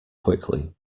quickly